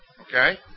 okay